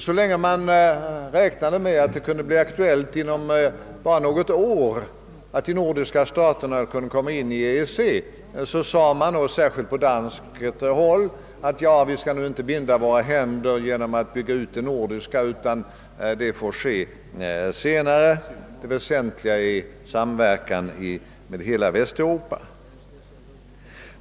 Så länge man räknade med att de nordiska staterna kunde komma in i EEC inom ett eller annat år sades det — speciellt på danskt håll — att vi inte skulle binda våra händer genom att nu bygga ut det nordiska samarbetet. Det får göras senare, sade man, ty det väsentliga f.n. är samverkan i hela Västeuropa.